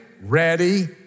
Ready